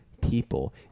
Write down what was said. people